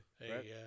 Hey